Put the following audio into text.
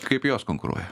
kaip jos konkuruoja